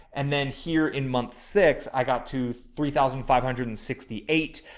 and then here in month six, i got two, three thousand five hundred and sixty eight.